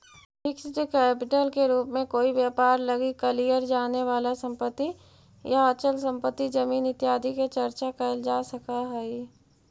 fixed capital के रूप में कोई व्यापार लगी कलियर जाने वाला संपत्ति या अचल संपत्ति जमीन इत्यादि के चर्चा कैल जा सकऽ हई